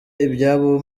ibyabo